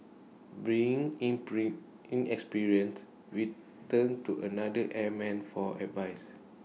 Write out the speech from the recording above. being inexperienced we turned to another airman for advice